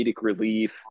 relief